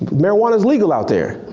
marijuana's legal out there.